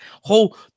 whole